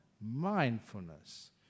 mindfulness